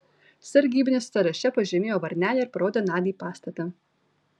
sargybinis sąraše pažymėjo varnelę ir parodė nadiai pastatą